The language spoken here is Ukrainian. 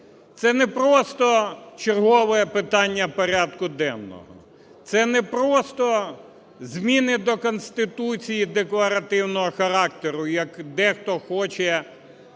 Це не просто чергове питання порядку денного, це не просто зміни до Конституції декларативного характеру, як дехто хоче